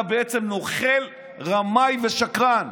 אתה בעצם נוכל, רמאי ושקרן.